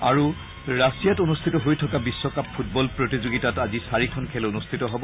আৰু ৰাছিয়াত অনুষ্ঠিত হৈ থকা বিশ্বকাপ ফুটবল প্ৰতিযোগিতাত আজি চাৰিখন খেল অনুষ্ঠিত হ'ব